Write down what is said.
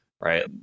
right